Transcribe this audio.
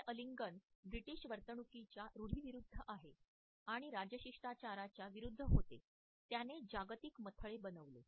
असे आलिंगन ब्रिटीश वर्तणुकीच्या रूढीविरूद्ध आहे आणि राजशिष्टाचाराच्या विरूद्ध होते त्याने जागतिक मथळे बनविले